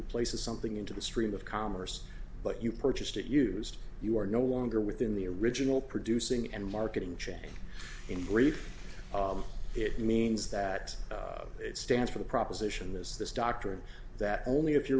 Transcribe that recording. places something into the stream of commerce but you purchased it used you are no longer within the original producing and marketing chain in brief it means that it stands for the proposition is this doctor that only if you're